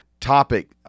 Topic